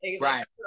right